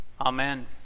Amen